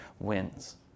wins